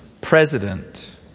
president